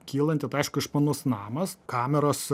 kylanti tai aišku išmanus namas kameros